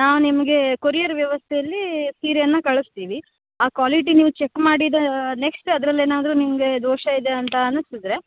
ನಾವು ನಿಮಗೆ ಕೊರಿಯರ್ ವ್ಯವಸ್ಥೆಯಲ್ಲೀ ಸೀರೆಯನ್ನು ಕಳಿಸ್ತೀವಿ ಆ ಕ್ವಾಲಿಟಿ ನೀವು ಚೆಕ್ ಮಾಡಿದಾ ನೆಕ್ಸ್ಟ್ ಅದ್ರಲ್ಲಿ ಏನಾದರೂ ನಿಮಗೆ ದೋಷ ಇದೆ ಅಂತ ಅನ್ಸಿದ್ರೆ